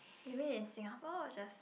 maybe in Singapore or just